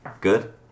Good